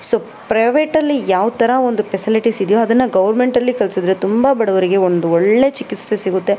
so ಪ್ರೈವೇಟಲ್ಲಿ ಯಾವ ಥರ ಒಂದು ಪೆಸಿಲಿಟೀಸ್ ಇದೆಯೊ ಅದನ್ನು ಗೌರ್ಮೆಂಟ್ ಅಲ್ಲಿ ಕಲಿಸಿದ್ರೆ ತುಂಬ ಬಡವರಿಗೆ ಒಂದು ಒಳ್ಳೆಯ ಚಿಕಿತ್ಸೆ ಸಿಗುತ್ತೆ